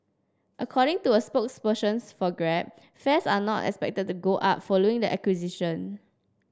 according to a spokespersons for grab fares are not expected to go up following the acquisition